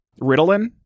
Ritalin